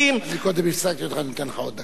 קודם הפסקתי אותך, אני נותן לך עוד דקה.